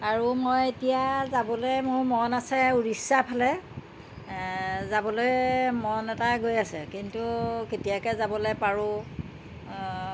আৰু মই এতিয়া যাবলৈ মোৰ মন আছে উৰিষ্যা ফালে যাবলৈ মন এটা গৈ আছে কিন্তু কেতিয়াকৈ যাবলৈ পাৰোঁ